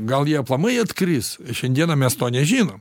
gal jie aplamai atkris šiandieną mes to nežinom